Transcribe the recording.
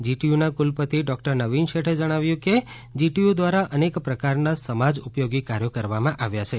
જીટીયુના કુલપતિ નવીન શેઠએ જણાવ્યું કે જીટીયુ દ્વારા અનેક પ્રકારના સમાજ ઉપયોગી કાર્યો કરવામાં આવ્યા છે